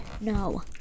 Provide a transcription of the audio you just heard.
no